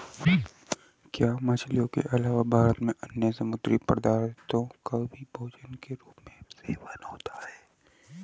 क्या मछलियों के अलावा भारत में अन्य समुद्री पदार्थों का भी भोजन के रूप में सेवन होता है?